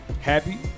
happy